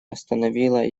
остановила